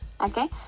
okay